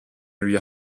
lui